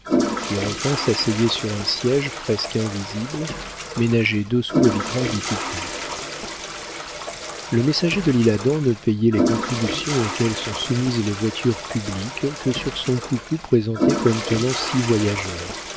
pierrotin s'asseyait sur un siége presque invisible ménagé dessous le vitrage du coupé le messager de l'isle-adam ne payait les contributions auxquelles sont soumises les voitures publiques que sur son coucou présenté comme tenant six voyageurs